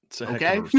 okay